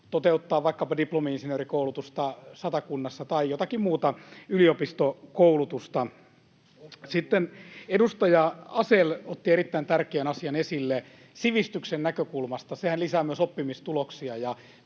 toteuttaa vaikkapa diplomi-insinöörikoulutusta Satakunnassa tai jotakin muuta yliopistokoulutusta. [Jari Myllykosken välihuuto] Sitten edustaja Asell otti erittäin tärkeän asian esille sivistyksen näkökulmasta: sehän lisää myös oppimistuloksia